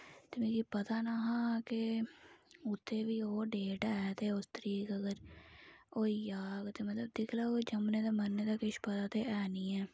ते मिगी पता नीं हा के उत्थै बी ओह् डेट ऐ ते उस तरीक अगर होई जाह्ग ते मतलव दिक्खी लैओ कोई जम्मने ते मरने दा किश पता ते है नी ऐ